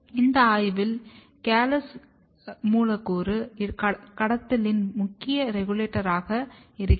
இந்த ஆய்வில் கேலோஸ் மூலக்கூறு கடத்தலின் முக்கிய ரெகுலேட்டராக இருக்கிறது